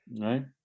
Right